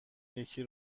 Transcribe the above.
یکی